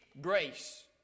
grace